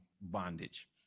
bondage